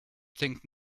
think